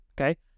okay